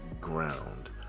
ground